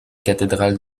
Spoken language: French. cathédrale